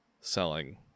selling